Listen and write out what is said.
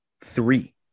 Three